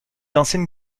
ancienne